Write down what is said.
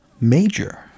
Major